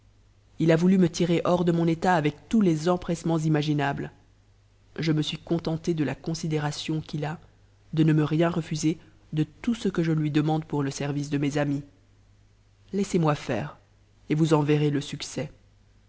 u a voulu me tirer hors de mon ëta avec tous les empressements imaginables je me suis contenté de la consi dération qu'il a de ne me rien refuser de tout ce que je lui demande pour le service de mes amis laissez-moi faire et vous en verrez le succès